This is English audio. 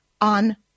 on